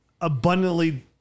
abundantly